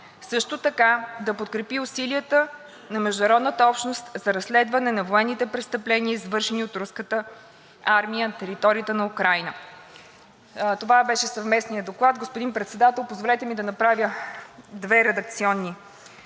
Също така да подкрепи усилията на международната общност за разследване на военните престъпления, извършени от Руската армия на територията на Украйна.“ Това беше съвместният доклад. Господин Председател, позволете ми да направя предложения за две